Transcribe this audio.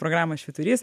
programą švyturys